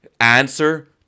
answer